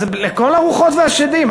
אז לכל הרוחות והשדים,